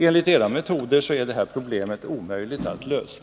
Enligt era metoder är det här problemet omöjligt att lösa.